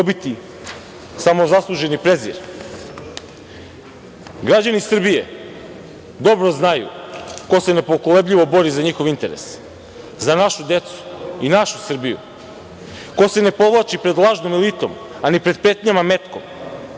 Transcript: dobiti samozasluženi prezir. Građani Srbije dobro znaju ko se nepokolebljivo bori za njihov interes, za našu decu i našu Srbiju, ko se ne povlači pred lažnom elitom, a ni pred pretnjama metkom,